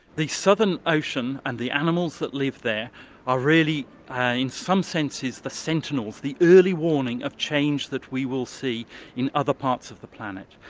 the southern ocean and the animals that live there are really in some senses the sentinels, the early warning of change that we will see in other parts of the planet.